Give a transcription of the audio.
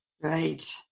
right